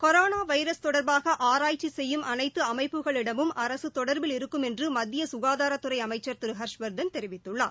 corona virus தொடர்பாக ஆராய்ச்சி செய்யும் அனைத்து அமைப்புகளிடமும் அரசு தொடர்பில் இருக்கும் என்று மத்திய சுகாதாரத்துறை அமைச்சர் திரு ஹர்ஷவர்தன் தெரிவித்துள்ளார்